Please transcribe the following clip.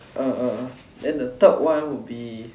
uh then the third one would be